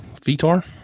Vitor